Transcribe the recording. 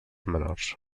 menors